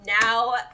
now